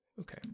Okay